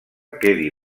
quedi